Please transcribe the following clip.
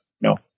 No